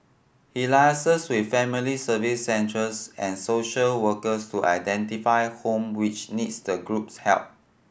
he liaises with family Service Centres and social workers to identify home which needs the group's help